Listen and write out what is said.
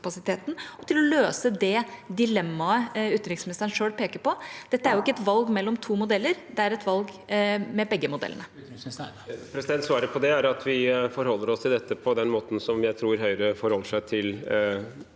og til å løse det dilemmaet utenriksministeren selv peker på? Dette er ikke et valg mellom to modeller, det er et valg med begge modellene. Utenriksminister Espen Barth Eide Sva- ret på det er at vi forholder oss til dette på den måten som jeg tror Høyre forholder seg til